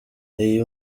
iyo